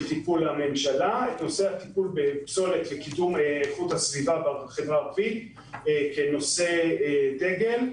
הטיפול בפסולת בחברה הערבית כנושא דגל.